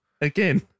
Again